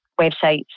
websites